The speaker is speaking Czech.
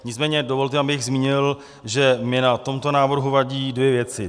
Nicméně dovolte, abych zmínil, že mi na tomto návrhu vadí dvě věci.